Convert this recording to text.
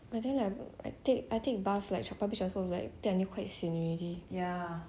but then I I take I take bus like for public transport take until quite sian already